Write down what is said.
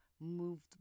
moved